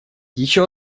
еще